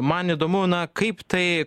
man įdomu na kaip tai